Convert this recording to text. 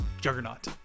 juggernaut